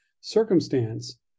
circumstance